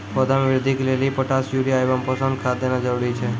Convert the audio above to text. पौधा मे बृद्धि के लेली पोटास यूरिया एवं पोषण खाद देना जरूरी छै?